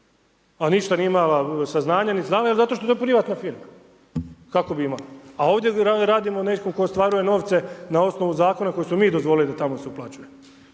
a ništa nije imala saznanja ni znala jer zato što je to privatna firma, kako bi imala. A ovdje radimo netko tko ostvaruje novce na osnovu zakone koje smo mi dozvolili da tamo se uplaćuje.